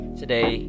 today